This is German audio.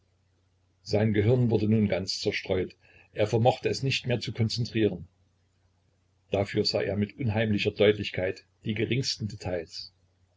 sein gehirn wurde nun ganz zerstreut er vermochte es nicht mehr zu konzentrieren dafür sah er mit unheimlicher deutlichkeit die geringsten details